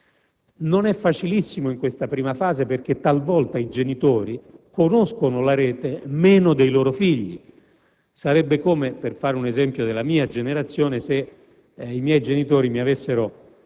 Non è facilissimo in questa prima fase, perché talvolta i genitori conoscono la Rete meno dei loro figli. Sarebbe come, per fare un esempio della mia generazione, se i miei genitori mi avessero